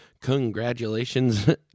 congratulations